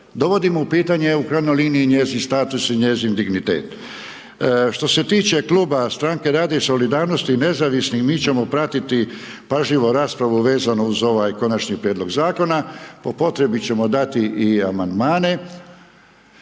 Dovodimo u pitanje u krajnjoj liniji njezin status i njezin dignitet. Što se tiče kluba Stranke rada i solidarnosti i Nezavisnih mi ćemo pratiti pažljivo raspravu vezano uz ovaj konačni prijedlog zakona, po potrebi ćemo dati i amandmane.